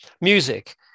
music